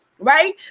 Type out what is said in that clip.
Right